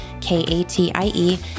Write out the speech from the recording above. K-A-T-I-E